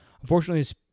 Unfortunately